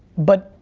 but,